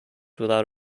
without